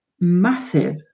massive